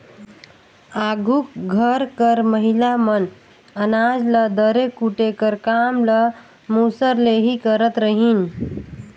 आघु घर कर महिला मन अनाज ल दरे कूटे कर काम ल मूसर ले ही करत रहिन